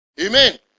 Amen